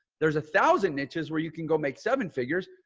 there's a thousand niches where you can go make seven figures.